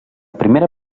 primera